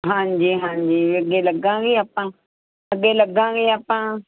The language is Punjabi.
ਹਾਂਜੀ ਹਾਂਜੀ ਅੱਗੇ ਲੱਗਾਂਗੇ ਆਪਾਂ ਅੱਗੇ ਲੱਗਾਂਗੇ ਆਪਾਂ